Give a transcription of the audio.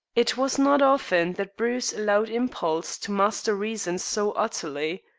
it was not often that bruce allowed impulse to master reason so utterly.